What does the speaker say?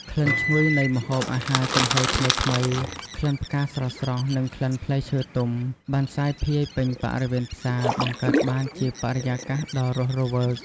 ក្លិនឈ្ងុយនៃម្ហូបអាហារចំហុយថ្មីៗ ក្លិនផ្កាស្រស់ៗ និងក្លិនផ្លែឈើទុំ បានសាយភាយពេញបរិវេណផ្សារ បង្កើតបានជាបរិយាកាសដ៏រស់រវើក។